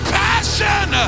passion